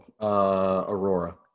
Aurora